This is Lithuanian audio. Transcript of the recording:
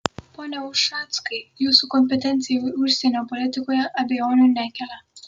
pone ušackai jūsų kompetencija užsienio politikoje abejonių nekelia